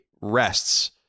rests